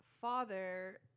father